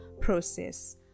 process